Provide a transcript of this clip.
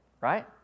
right